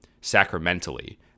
sacramentally